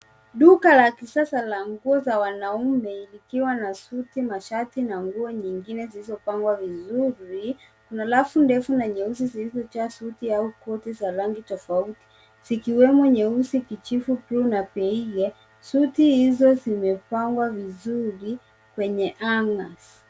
Duka la kisasa la nguo za wanaume likiwa na suti ,mashati na nguo nyingine zilizopangwa vizuri. Kuna rafu ndefu ya nyeusi zilizojaa suti au koti za rangi tofauti zikiwemo nyeusi ,kijivu , blue na peiye . Suti hizo zimepangwa vizuri kwenye hangers .